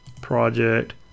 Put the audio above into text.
project